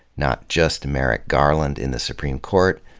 not just merrick garland in the supreme court,